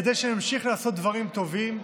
כדי שנמשיך לעשות דברים טובים,